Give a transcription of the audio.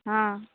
हाँ